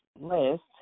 list